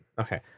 Okay